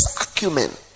acumen